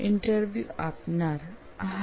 interview આપનાર હા